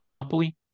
monopoly